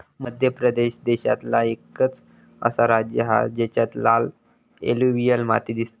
मध्य प्रदेश देशांतला एकंच असा राज्य हा जेच्यात लाल एलुवियल माती दिसता